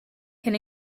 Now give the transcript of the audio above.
can